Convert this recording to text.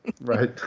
Right